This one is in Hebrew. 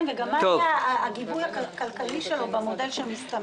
וגם מה הגיבוי הכלכלי שלו במודל שמסתמן.